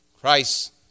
Christ